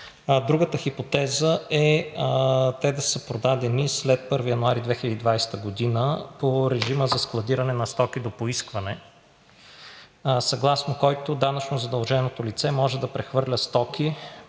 Другата хипотеза е те да са продадени след 1 януари 2020 г. по режима за складиране на стоки до поискване, съгласно който данъчно задълженото лице може да прехвърля стоки,